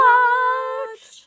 Watch